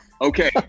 okay